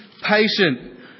patient